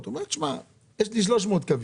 "שמע, יש לי 300 קווים,